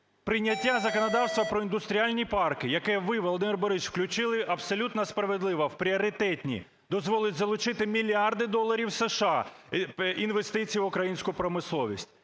Прийняття законодавства про індустріальні парки, яке ви, Володимир Борисович, включили абсолютно справедливо в пріоритетні, дозволить залучити мільярди доларів США інвестицій в українську промисловість.